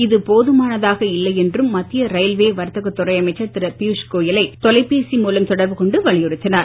இது போதுமானதாக இல்லை என்றும் மத்திய ரயில்வே வர்த்தக துறை அமைச்சர் திரு பியூஷ் கோயலை தொலைபேசி மூலம் தொடர்பு கொண்டு வலியுறுத்தினார்